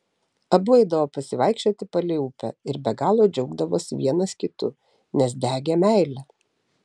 abu eidavo pasivaikščioti palei upę ir be galo džiaugdavosi vienas kitu nes degė meile